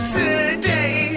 today